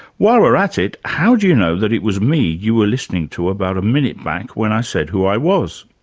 while we're at it, how do you know that it was me you were listening to about a minute back when i said who i was?